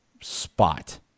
spot